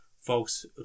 folks